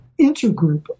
intergroup